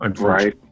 Right